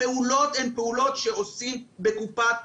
הפעולות הן פעולות שעושים בקופת חולים,